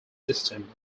system